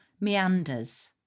meanders